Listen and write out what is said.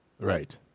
Right